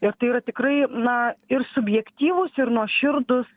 ir tai yra tikrai na ir subjektyvūs ir nuoširdūs